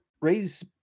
raise